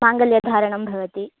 माङ्गल्यधारणं भवति